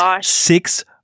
six